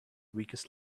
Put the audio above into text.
weakest